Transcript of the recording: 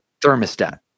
thermostat